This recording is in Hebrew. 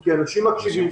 כי אנשים מקשיבים.